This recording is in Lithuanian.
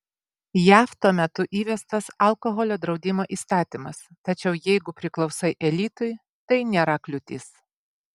jav tuo metu įvestas alkoholio draudimo įstatymas tačiau jeigu priklausai elitui tai nėra kliūtis